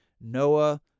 Noah